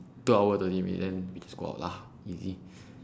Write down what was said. two hour thirty minutes then we go out lah easy